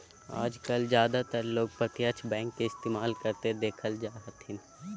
आजकल ज्यादातर लोग प्रत्यक्ष बैंक के इस्तेमाल करते देखल जा हथिन